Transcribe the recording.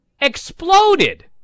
exploded